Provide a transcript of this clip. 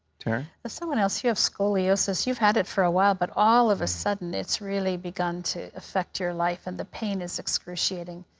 terry. there's someone else, you have scoliosis. you've had it for a while, but all of a sudden, it's really begun to affect your life, and the pain is excruciating.